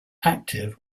active